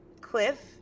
cliff